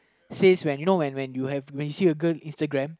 says when you know when when you have you see a girl Instagram